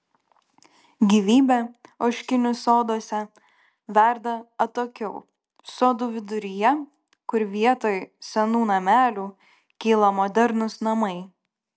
gyvybė ožkinių soduose verda atokiau sodų viduryje kur vietoj senų namelių kyla modernūs namai